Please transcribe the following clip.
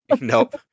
Nope